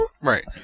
Right